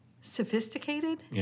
sophisticated